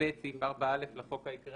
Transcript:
(ב)סעיף 4א לחוק העיקרי,